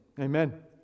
Amen